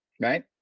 right